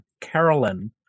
Carolyn